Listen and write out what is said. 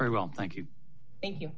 very well thank you thank you